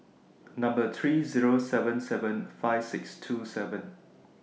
Number three Zero seven seven five six two seven